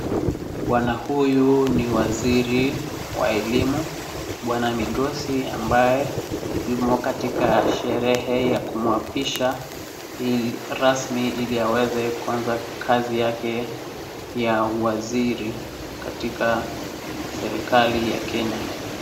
Bwana huyu ni waziri wa elimu, Bwana Migosi ambaye yumo katika sherehe ya kumwapisha rasmi ili aweze kuanza kazi yake ya uwaziri katika serikali ya Kenya.